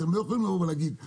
אני לא רוצה שיעדיפו חרדים.